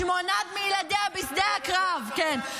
שמונה מילדיה בשדה הקרב, כן.